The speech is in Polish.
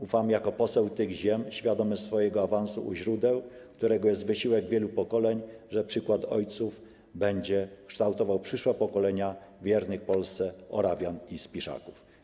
Ufam jako poseł tych ziem, świadomy swojego awansu, u źródeł którego jest wysiłek wielu pokoleń, że przykład ojców będzie kształtował przyszłe pokolenia wiernych Polsce Orawian i Spiszaków.